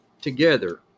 together